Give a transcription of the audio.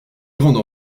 grande